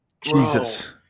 Jesus